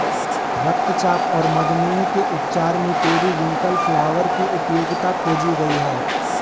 रक्तचाप और मधुमेह के उपचार में पेरीविंकल फ्लावर की उपयोगिता खोजी गई है